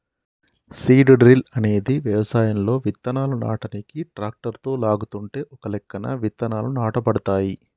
seed drill అనేది వ్యవసాయంలో విత్తనాలు నాటనీకి ట్రాక్టరుతో లాగుతుంటే ఒకలెక్కన విత్తనాలు నాటబడతాయి